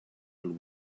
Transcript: will